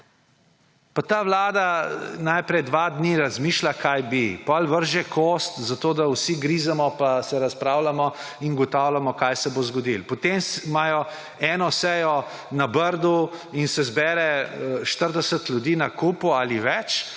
Ta vlada najprej dva dni razmišlja, kaj bi, potem vrže kost, zato da vsi grizemo, razpravljamo in ugotavljamo, kaj se bo zgodilo. Potem imajo eno sejo na Brdu in se zbere 40 ljudi na kupu ali več